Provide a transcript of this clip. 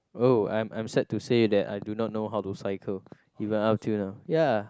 oh I'm I'm sad to say that I do not know how to cycle even up till now ya